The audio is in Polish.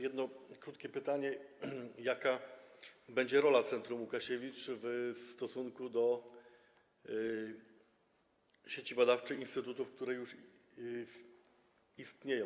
Jedno krótkie pytanie: Jaka będzie rola Centrum Łukasiewicz w stosunku do sieci badawczej instytutów, które już istnieją?